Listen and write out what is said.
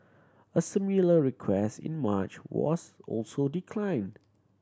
a similar request in March was also declined